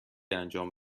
انجام